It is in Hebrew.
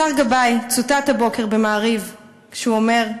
השר גבאי צוטט הבוקר ב"מעריב" כשהוא אומר: